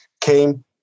came